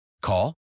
Call